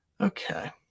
okay